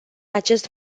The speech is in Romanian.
acest